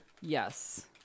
Yes